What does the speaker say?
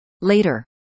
Later